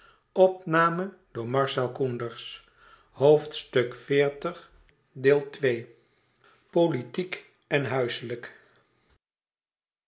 politiek en huiselijk